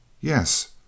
Yes